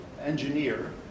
engineer